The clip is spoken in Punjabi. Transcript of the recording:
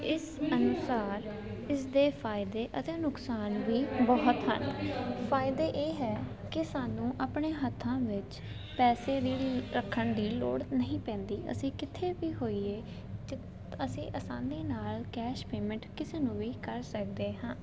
ਇਸ ਅਨੁਸਾਰ ਇਸਦੇ ਫਾਇਦੇ ਅਤੇ ਨੁਕਸਾਨ ਵੀ ਬਹੁਤ ਹਨ ਫਾਇਦੇ ਇਹ ਹੈ ਕਿ ਸਾਨੂੰ ਆਪਣੇ ਹੱਥਾਂ ਵਿੱਚ ਪੈਸੇ ਦੀ ਰੱਖਣ ਦੀ ਲੋੜ ਨਹੀਂ ਪੈਂਦੀ ਅਸੀਂ ਕਿੱਥੇ ਵੀ ਹੋਈਏ ਅਸੀਂ ਆਸਾਨੀ ਨਾਲ ਕੈਸ਼ ਪੇਮੈਂਟ ਕਿਸੇ ਨੂੰ ਵੀ ਕਰ ਸਕਦੇ ਹਾਂ